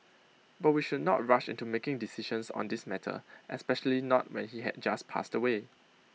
but we should not rush into making decisions on this matter especially not when he had just passed away